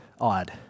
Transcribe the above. odd